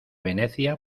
venecia